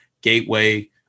Gateway